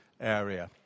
area